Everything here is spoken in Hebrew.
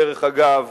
דרך אגב,